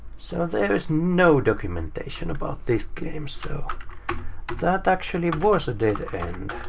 so there is no documentation about this game. so that actually was a dead end.